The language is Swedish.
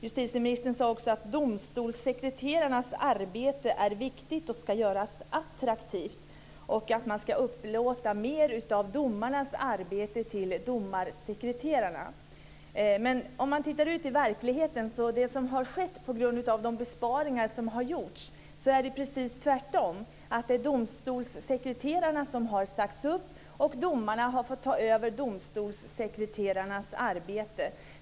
Justitieministern sade också att domstolssekreterarnas arbete är viktigt och ska göras attraktivt och att man ska upplåta mer av domarnas arbete till domarsekreterarna. Men om man tittar ut i verkligheten ser man att det på grund av de besparingar som har gjorts är precis tvärtom. Det är domstolssekreterarna som har sagts upp, och domarna har fått ta över domstolssekreterarnas arbete.